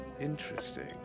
Interesting